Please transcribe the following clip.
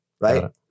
right